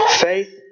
faith